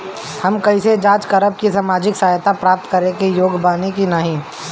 हम कइसे जांच करब कि सामाजिक सहायता प्राप्त करे के योग्य बानी की नाहीं?